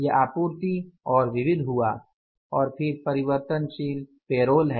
यह आपूर्ति और विविध हुआ और फिर परिवर्तनशील पेरोल है